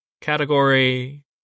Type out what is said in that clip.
category